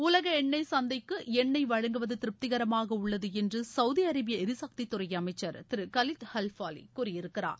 உலக எண்ணெய் சந்தைக்கு எண்ணெய் வழங்குவது திருப்திரமாக உள்ளது என்று சவுதி அரேபிய எரிசக்தித்துறை அமைச்சர் திரு கலீத் அல் ஃபாலி கூறியிருக்கிறார்